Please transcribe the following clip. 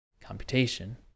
computation